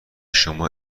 شما